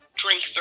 drink